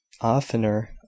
oftener